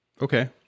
Okay